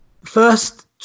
first